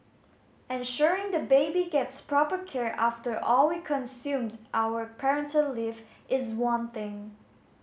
ensuring the baby gets proper care after all we consume our parental leave is one thing